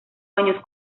años